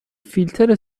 فیلتر